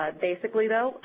ah basically though,